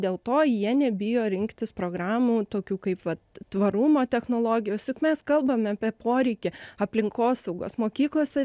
dėl to jie nebijo rinktis programų tokių kaip vat tvarumo technologijos juk mes kalbame apie poreikį aplinkosaugos mokyklose